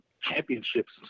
championships